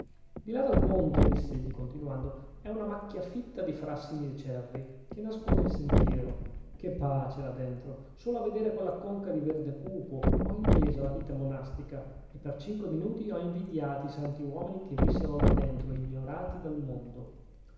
di là dal ponte diss'egli continuando è una macchia fitta di frassini e di cerri che nasconde il sentiero che pace là dentro solo a vedere quella conca di verde cupo ho intesa la vita monastica e per cinque minuti ho invidiati i santi uomini che vissero là dentro ignorati dal mondo